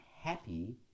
happy